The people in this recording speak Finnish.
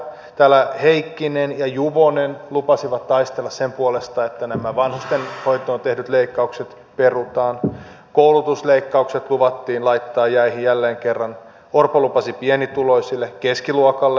täällä heikkinen ja juvonen lupasivat taistella sen puolesta että nämä vanhustenhoitoon tehdyt leikkaukset perutaan koulutusleikkaukset luvattiin laittaa jäihin jälleen kerran orpo lupasi pienituloisille keskiluokalle mannaa